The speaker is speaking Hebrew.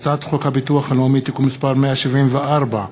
הצעת חוק הביטוח הלאומי (תיקון מס' 174),